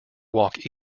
walk